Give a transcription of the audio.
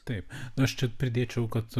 taip nu aš čia pridėčiau kad